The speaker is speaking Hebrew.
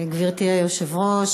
גברתי היושבת-ראש,